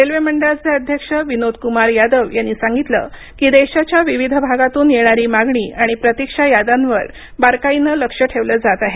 railway मंडळाचे अध्यक्ष विनोद कुमार यादव यांनी सांगितलं की देशाच्या विविध भागातून येणारी मागणी आणि प्रतीक्षा याद्यांवर बारकाईने लक्ष ठेवलं जात आहे